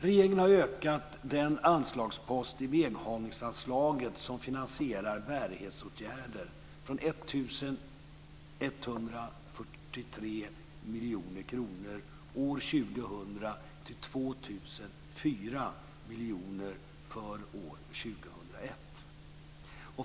Regeringen har ökat den anslagspost i väghållningsanslaget som finansierar bärighetsåtgärder från 1 143 miljoner kronor år 2000 till 2 004 miljoner för år 2001.